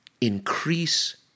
Increase